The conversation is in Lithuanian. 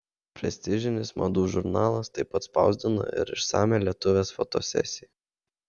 prestižinis madų žurnalas taip pat spausdina ir išsamią lietuvės fotosesiją